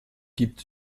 gibt